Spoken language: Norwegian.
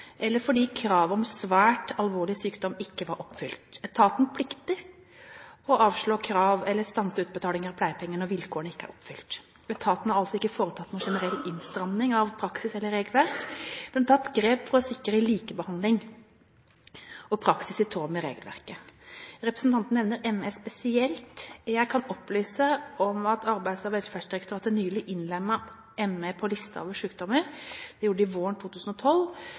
eller fordi kravet om svært alvorlig sykdom ikke var oppfylt. Etaten plikter å avslå krav om, eller stanse, utbetaling av pleiepenger når vilkårene ikke er oppfylt. Etaten har altså ikke foretatt noen generell innstramming av praksis eller regelverk, men det er tatt grep for å sikre likebehandling og praksis i tråd med regelverket. Representanten nevner ME spesielt. Jeg kan opplyse om at Arbeids- og velferdsdirektoratet nylig – våren 2012 – innlemmet ME på listen over